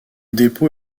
dépôt